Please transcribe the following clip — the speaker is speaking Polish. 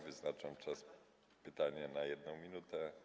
Wyznaczam czas pytania na 1 minutę.